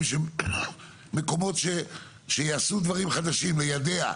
צריך ליידע,